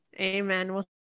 Amen